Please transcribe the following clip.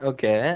Okay